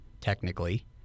technically